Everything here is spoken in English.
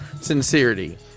sincerity